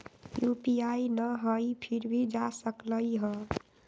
UPI न हई फिर भी जा सकलई ह?